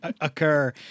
occur